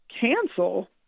cancel